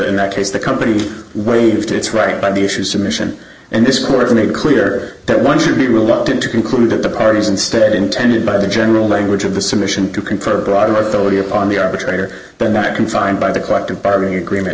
in that case the company waived its right by the issue submission and this court made clear that one should be reluctant to conclude that the parties instead intended by the general magwitch of the submission to confer broader authority upon the arbitrator but not confined by the collective bargaining agreement